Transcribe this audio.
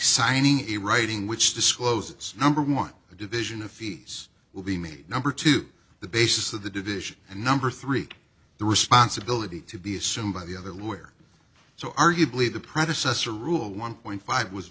signing a writing which disclose its number one a division of fees will be made number two the basis of the division and number three the responsibility to be assumed by the other lawyer so arguably the predecessor rule one point five was